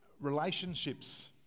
Relationships